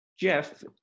Jeff